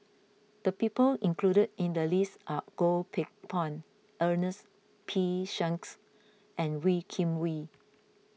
the people included in the list are Goh Teck Phuan Ernest P Shanks and Wee Kim Wee